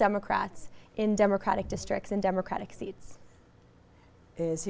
democrats in democratic districts and democratic seats i